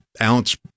ounce